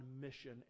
mission